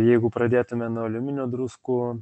jeigu pradėtume nuo aliuminio druskų